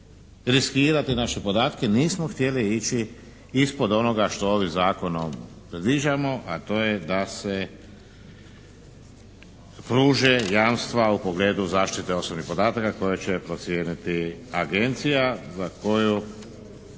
riskirati naše podatke, nismo htjeli ići ispod onoga što ovim zakonom predviđamo, a to je da se pruže jamstva u pogledu zaštite osobnih podataka koje će procijeniti agencija za koju